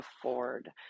afford